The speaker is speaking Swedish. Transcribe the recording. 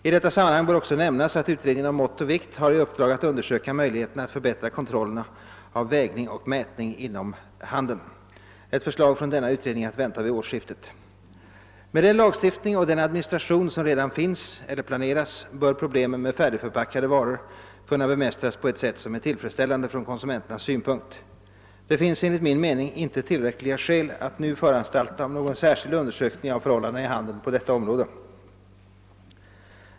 I detta sammanhang bör också nämnas att utredningen om mått och vikt har i uppdrag att undersöka möjligheterna att förbättra kontrollen av vägning och mätning inom handeln. Ett förslag från denna utredning är att vänta vid årsskiftet. ::Med den lagstiftning och den administration som redan finns eller planeras bör problemen med färdigförpackade varor kunna bemästras på ett sält som är tillfredsställande från konsumenternas synpunkt. Det finns enligt min mening inte tillräckliga skäl att nu föranstalta om någon särskild undersökning av förhållandena i handeln på detta område.